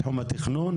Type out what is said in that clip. בתחום התכנון?